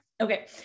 Okay